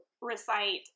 recite